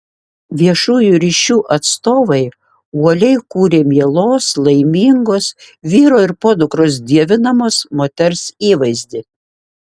viešųjų ryšių atstovai uoliai kūrė mielos laimingos vyro ir podukros dievinamos moters įvaizdį